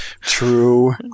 True